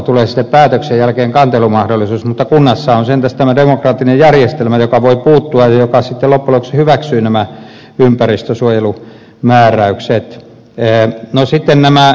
tulee sitten päätöksen jälkeen kantelumahdollisuus mutta kunnassa on sentäs tämä demokraattinen järjestelmä joka voi puuttua ja joka sitten loppujen lopuksi hyväksyy nämä ympäristönsuojelumääräykset